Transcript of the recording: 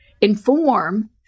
inform